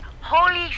Holy